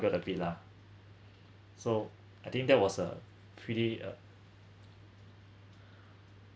got a bit lah so I think that was a pretty uh